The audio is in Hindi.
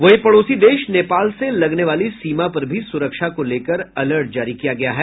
वहीं पड़ोसी देश नेपाल से लगने वाली सीमा पर भी सुरक्षा को लेकर अलर्ट जारी किया गया है